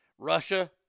Russia